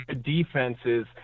defenses